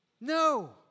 No